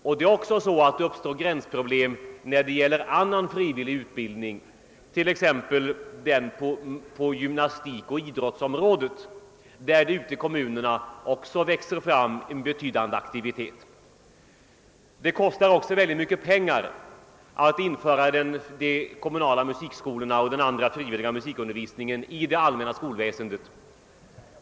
Sådana svårigheter uppstår även när det gäller annan frivillig wutbildning, t.ex. på gymnastikens och idrottens områden där det också ute i kommunerna växer fram en betydande aktivitet. Det kostar också mycket pengar att inordna de kommunala musikskolorna och den frivilliga musikundervisningen i det allmänna skolväsendet.